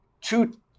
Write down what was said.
two